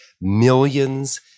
millions